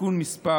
(תיקון מס'